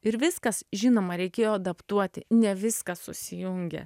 ir viskas žinoma reikėjo adaptuoti ne viskas susijungia